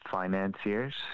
financiers